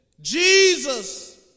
Jesus